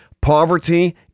poverty